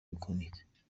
بکنید